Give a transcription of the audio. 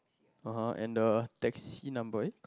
(uh huh) and the taxi number